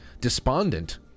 despondent